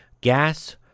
gas